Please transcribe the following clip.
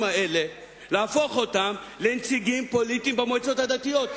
האלה לנציגים פוליטיים במועצות הדתיות.